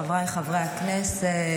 חבריי חברי הכנסת,